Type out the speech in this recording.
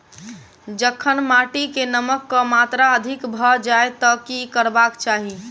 जखन माटि मे नमक कऽ मात्रा अधिक भऽ जाय तऽ की करबाक चाहि?